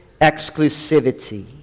exclusivity